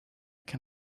can